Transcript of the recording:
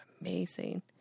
amazing